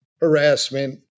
harassment